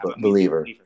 believer